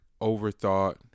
overthought